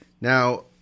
Now